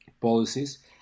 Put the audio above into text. policies